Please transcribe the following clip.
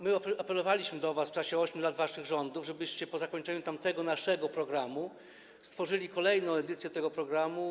My apelowaliśmy do was w czasie 8 lat waszych rządów, żebyście po zakończeniu tamtego naszego programu stworzyli kolejną edycję tego programu.